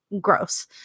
gross